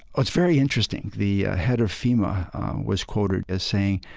what's very interesting, the head of fema was quoted as saying,